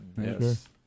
Yes